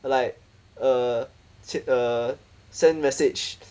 like err err send message